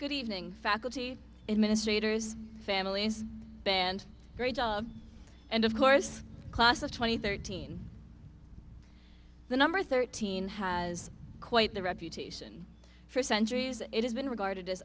good evening faculty and ministers families band great job and of course a class of twenty thirteen the number thirteen has quite the reputation for centuries it has been regarded as